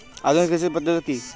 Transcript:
আধুনিক কৃষি পদ্ধতি কী?